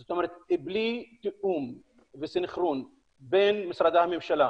זאת אומרת בלי תיאום וסנכרון בין משרדי הממשלה